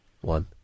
One